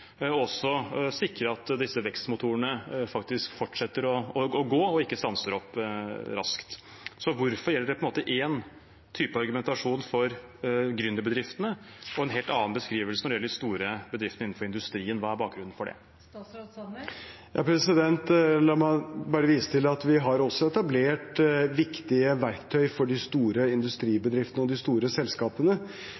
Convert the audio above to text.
og det er ordresvikt – og sikre at disse vekstmotorene faktisk fortsetter å gå og ikke stanser opp raskt. Så hvorfor gjelder én type argumentasjon for gründerbedriftene og en helt annen beskrivelse når det gjelder de store bedriftene innenfor industrien? Hva er bakgrunnen for det? La meg bare vise til at vi også har etablert viktige verktøy for de store